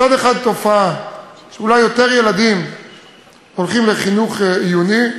מצד אחד לתופעה שאולי יותר ילדים הולכים לחינוך עיוני,